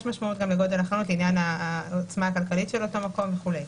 משמעות גם לגודל החנות לעניין העוצמה הכלכלית של אותו מקום וכולי.